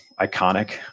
iconic